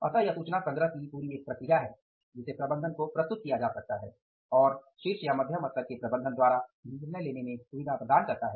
अतः यह सूचना संग्रह की एक पूरी प्रक्रिया है जिसे प्रबंधन को प्रस्तुत किया जा सकता है और शीर्ष या मध्यम स्तर के प्रबंधन द्वारा निर्णय लेने में सुविधा प्रदान कर सकता है